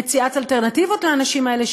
למציאת אלטרנטיבות לאנשים הללו,